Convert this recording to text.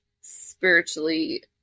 spiritually